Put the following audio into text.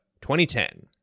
2010